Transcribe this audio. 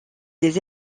des